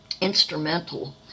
instrumental